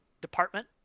department